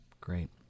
Great